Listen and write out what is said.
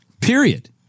period